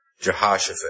Jehoshaphat